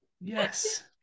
Yes